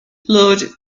lord